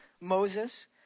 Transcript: Moses